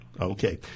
Okay